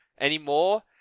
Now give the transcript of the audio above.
anymore